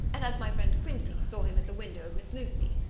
and as my friend quincey saw him at the window of miss lucy.